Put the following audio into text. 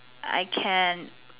I can